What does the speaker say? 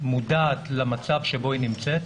מודעת למצב שבו היא נמצאת,